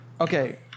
Okay